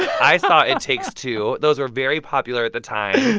i saw it takes two. those were very popular at the time.